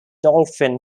dolphin